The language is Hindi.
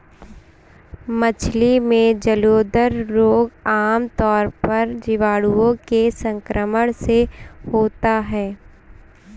मछली में जलोदर रोग आमतौर पर जीवाणुओं के संक्रमण से होता है